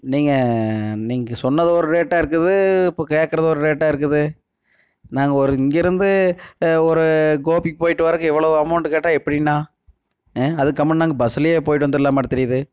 நீங்கள் நீங்கள் சொன்னது ஒரு ரேட்டா இருக்குது இப்போது கேட்குறது ஒரு ரேட்டா இருக்குது நாங்க ஒரு இங்கேருந்து ஒரு கோபிக்கு போயிட்டு வரதுக்கு இவ்ளோ அமௌன்ட் கேட்டால் எப்படிண்ணா அதுக்கு கம்முனு நாங்கள் பஸ்ஸுலே போயிட்டு வந்துருலாமாட்டம் தெரியுது